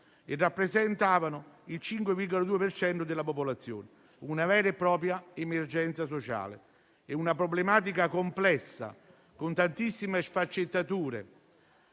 e rappresentavano il 5,2 per cento della popolazione: una vera e propria emergenza sociale e una problematica complessa, con tantissime sfaccettature,